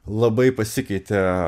labai pasikeitė